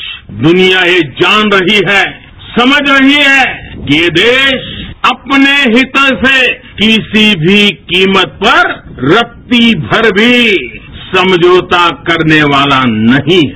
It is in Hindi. आज दुनिया ये जान रही है समझ रही है किये देश अपने हितों से किसी भी कीमत पर रत्तीमर भी समझौता करने वाला नहीं है